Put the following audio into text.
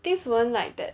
things weren't like that